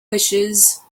wishes